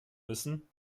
müssen